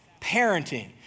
parenting